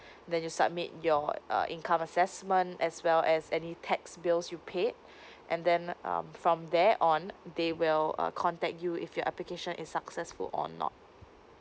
then you submit your uh income assessment as well as any tax bills you paid and then um from there on they will uh contact you if your application is successful or not